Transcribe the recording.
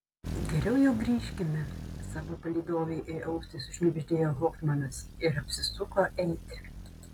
geriau jau grįžkime savo palydovei į ausį sušnibždėjo hofmanas ir apsisuko eiti